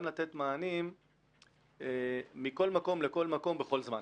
לתת מענים מכל מקום לכל מקום בכל זמן